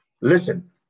listen